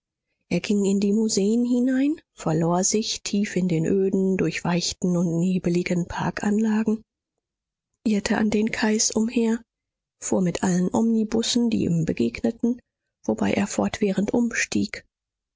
er ging in die museen hinein verlor sich tief in den öden durchweichten und nebligen parkanlagen irrte an den kais umher fuhr mit allen omnibussen die ihm begegneten wobei er fortwährend umstieg